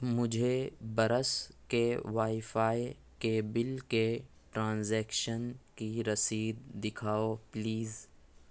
مجھے برس کے وائیفائی کے بل کے ٹرانزیکشن کی رسید دکھاؤ پلیز